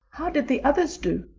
how did the others do?